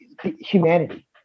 humanity